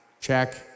Check